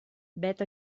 vet